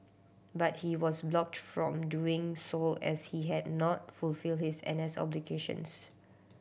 but he was blocked from doing so as he had not fulfilled his N S obligations